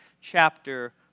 chapter